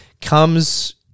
comes